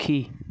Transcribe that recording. ପକ୍ଷୀ